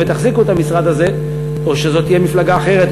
ותחזיקו את המשרד הזה או שזו תהיה מפלגה אחרת,